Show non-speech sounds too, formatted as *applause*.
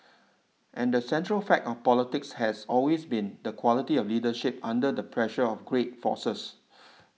and the central fact of politics has always been the quality of leadership under the pressure of great forces *noise*